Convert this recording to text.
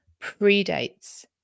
predates